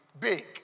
big